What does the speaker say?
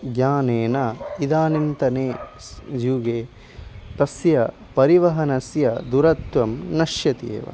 ज्ञानेन इदानीन्तने युगे तस्य परिवहनस्य दुरत्वं नश्यति एव